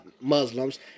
Muslims